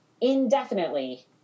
indefinitely